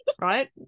Right